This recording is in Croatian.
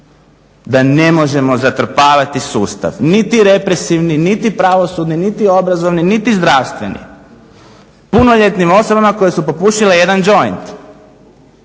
da ne možemo zatrpavati sustav niti represivni, niti pravosudni, niti obrazovni, niti zdravstveni punoljetnim osobama koje su popušile jedan joint,